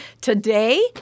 today